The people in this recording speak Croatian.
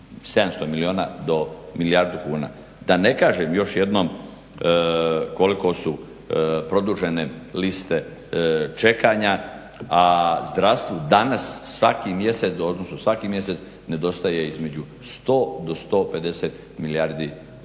700 milijuna do milijardu kuna. Da ne kažem još jednom koliko su produžene liste čekanja, a zdravstvu danas svaki mjesec nedostaje između 100 do 150 milijardi kuna.